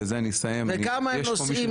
ובזה אני אסיים- -- זה כמה נושאים,